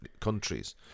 countries